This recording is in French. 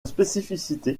spécificité